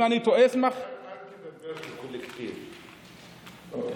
אם אני טועה, אשמח, רק אל תדבר בקולקטיב, הבנת?